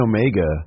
Omega